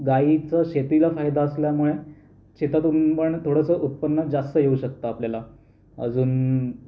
गायीचा शेतीला फायदा असल्यामुळे शेतातून पण निदान थोडंसं उत्पन्न जास्त येऊ शकतं आपल्याला अजून